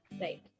Right